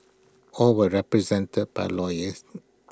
all were represented by lawyers